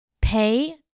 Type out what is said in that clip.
pay